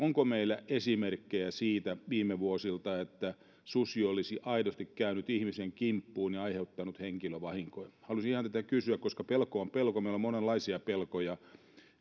onko meillä esimerkkejä siitä viime vuosilta että susi olisi aidosti käynyt ihmisen kimppuun ja aiheuttanut henkilövahinkoja halusin ihan tätä kysyä koska pelko on pelko ja meillä on monenlaisia pelkoja